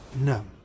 No